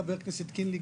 חבר הכנסת קינלי,